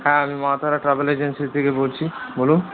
হ্যাঁ আমি Maa Tara travel agency থেকে বলছি বলুন